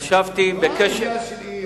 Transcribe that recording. זה לא עניין של אי-אמון.